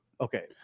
Okay